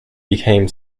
became